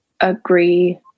agree